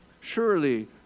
surely